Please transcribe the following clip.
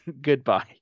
goodbye